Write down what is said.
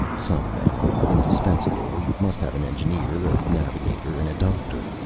some men are indispensable. we must have an engineer, a navigator, and a doctor.